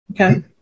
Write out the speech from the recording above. Okay